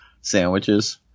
sandwiches